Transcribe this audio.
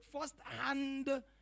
firsthand